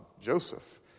Joseph